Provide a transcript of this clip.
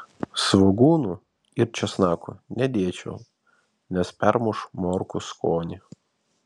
svogūnų ir česnakų nedėčiau nes permuš morkų skonį